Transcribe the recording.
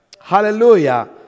Hallelujah